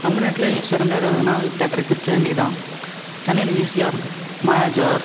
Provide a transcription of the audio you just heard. தமிழ்நாட்டிலேயே சிறந்த இடம் எதுனால் தியேட்டருக்கு சென்னை தான் சென்னையில் ஈசிஆர் மாயாஜால்